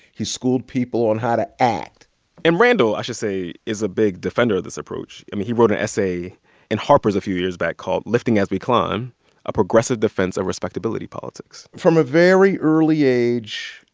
he schooled people on how to act and randall, i should say, is a big defender of this approach. i mean, he wrote an essay in harper's a few years back called lifting as we climb a progressive defense of respectability politics. from a very early age,